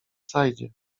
saidzie